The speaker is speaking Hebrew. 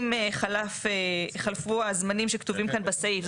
אם חלף חלפו הזמנים שכתובים כאן בסעיף,